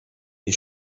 you